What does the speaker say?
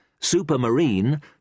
Supermarine